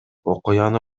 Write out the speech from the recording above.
окуяны